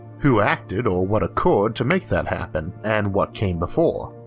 who acted or what occurred to make that happen, and what came before?